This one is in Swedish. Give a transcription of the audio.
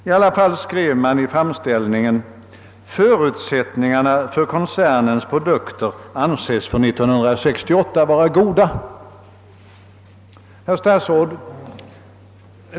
Trots detta hette det i framställningen att »förutsättningarna för koncernens produkter anses för 1968 vara goda». Herr statsråd!